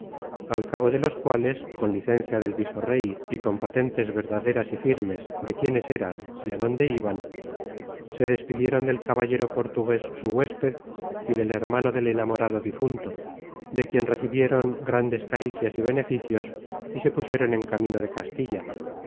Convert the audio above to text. al cabo de los cuales con licencia del visorey y con patentes verdaderas y firmes de quiénes eran y á dónde iban se despidieron del caballero portugues su huésped y del hermano del enamorado difunto de quien recibieron grandes caricias y beneficios y se pusieron en camino de castilla